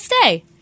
stay